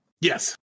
Yes